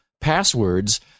passwords